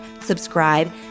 subscribe